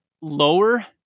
lower